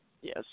Yes